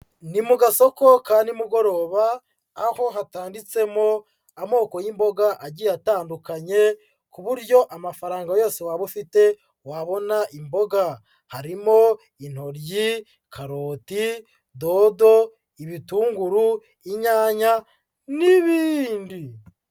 Ni mu gasoko ka nimugoroba aho hatanditsemo amoko y'imboga agiye atandukanye, ku buryo amafaranga yose waba ufite wabona imboga, harimo intoryi, karoti, dodo, ibitunguru, inyanya n'ibindi.